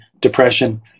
depression